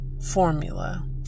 formula